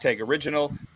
original